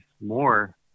more